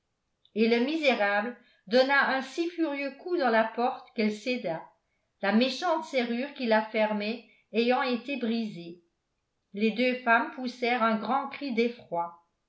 et le misérable donna un si furieux coup dans la porte qu'elle céda la méchante serrure qui la fermait ayant été brisée les deux femmes poussèrent un grand cri d'effroi